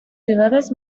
ciudades